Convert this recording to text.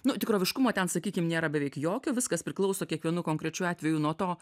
nu tikroviškumo ten sakykim nėra beveik jokio viskas priklauso kiekvienu konkrečiu atveju nuo to